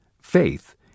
Faith